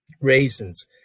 raisins